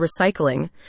recycling